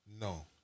No